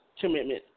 commitment